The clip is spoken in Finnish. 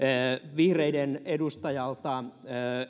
vihreiden edustajalta